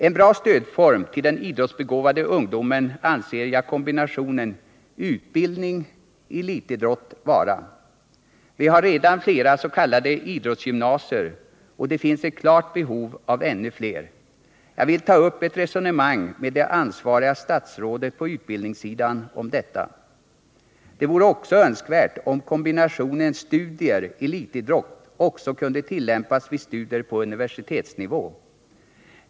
En bra stödform till den idrottsbegåvade ungdomen anser jag kombinationen utbildning-elitidrott vara. Vi har redan fleras.k. idrottsgymnasier, och det finns ett klart behov av ännu fler. Jag vill ta upp ett resonemang med det ansvariga statsrådet på utbildningsområdet om detta. Det vore vidare önskvärt om kombinationen studier-elitidrott också kunde tillämpas vid studier på universitetsnivå.